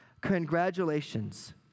congratulations